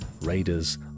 Raiders